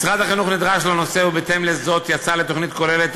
משרד החינוך נדרש לנושא ובהתאם לזאת יצא לתוכנית כוללת,